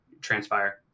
transpire